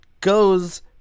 goes